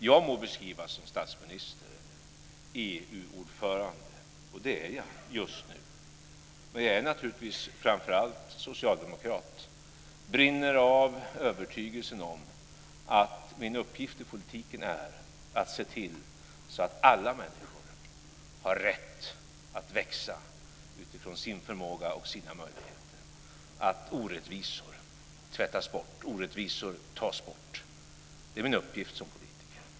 Jag må beskrivas som statsminister eller EU-ordförande - och det är jag just nu. Men jag är naturligtvis framför allt socialdemokrat. Jag brinner av övertygelsen om att min uppgift i politiken är att se till att alla människor har rätt att växa utifrån sin förmåga och sina möjligheter och att orättvisor tvättas bort och tas bort. Det är min uppgift som politiker.